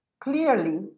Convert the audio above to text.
clearly